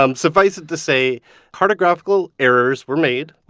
um suffice it to say cartographical errors were made.